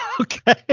Okay